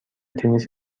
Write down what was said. تنیس